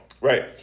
Right